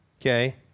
Okay